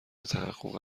تحقق